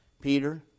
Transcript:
Peter